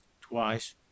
twice